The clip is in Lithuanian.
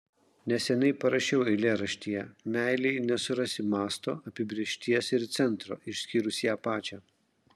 neseniai parašiau eilėraštyje meilei nesurasi masto apibrėžties ir centro išskyrus ją pačią